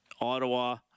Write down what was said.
Ottawa